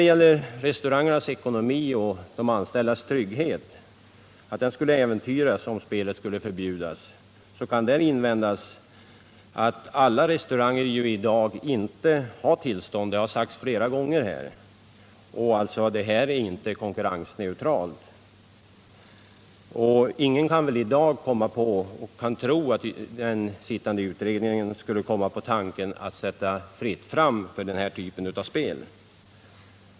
Mot argumentet att restaurangernas ekonomi och de anställdas trygghet äventyras om spelet skulle förbjudas kan man invända att alla restauranger i dag ju inte har tillstånd. Det har sagts flera gånger i debatten att det här spelet inte är konkurrensneutralt. Men ingen kan väl i dag tro att den sittande utredningen skulle komma på tanken att låta det bli fritt fram för den här typen av spel.